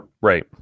Right